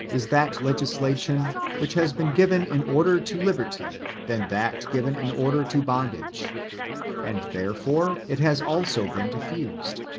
is that legislation which has been given in order to liberty than that given in order to bondage and therefore it has also been diffused,